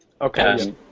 Okay